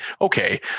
okay